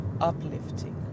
uplifting